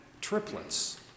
triplets